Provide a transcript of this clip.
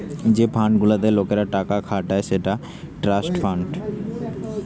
যে ফান্ড গুলাতে লোকরা টাকা খাটায় সেটা ট্রাস্ট ফান্ড